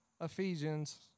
Ephesians